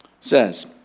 says